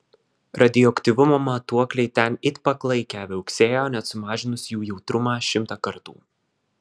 radioaktyvumo matuokliai ten it paklaikę viauksėjo net sumažinus jų jautrumą šimtą kartų